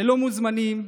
ללא מוזמנים,